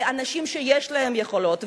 אנשים שיש להם יכולות,